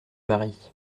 mari